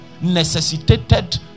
necessitated